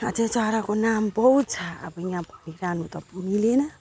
अझै चराको नाम बहुत छ अब यहाँ भनिरहनु त मिलेन